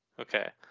Okay